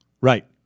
Right